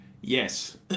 Yes